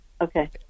Okay